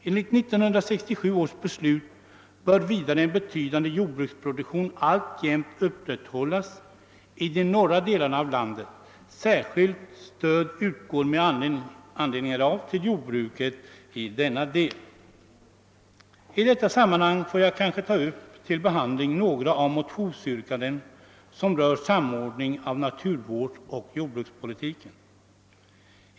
Enligt 1967 års beslut bör vidare en betydande jordbruksproduktion alltjämt upprätthållas i de norra delarna av landet. Särskilt stöd utgår med anledning härav till jordbruket i denna del. I detta sammanhang får jag kanske ta upp till behandling några av de motionsyrkanden som rör samordningen av naturvård och jordbrukspolitik.